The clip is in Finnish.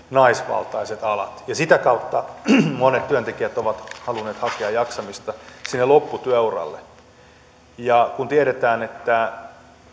naisvaltaiset alat ja sitä kautta monet työntekijät ovat halunneet hakea jaksamista sinne lopputyöuralle ja kun tiedetään että